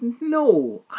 no